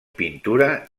pintura